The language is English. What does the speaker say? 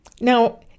Now